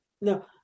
no